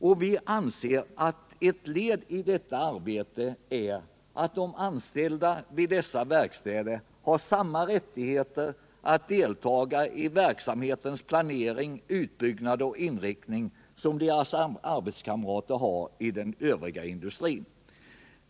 Och vi anser att ett led i den strävan är att de anställda vid dessa verkstäder får samma rättigheter att delta i verksamhetens planering, utbyggnad och inriktning som deras arbetskamrater i den övriga industrin.